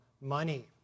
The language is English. money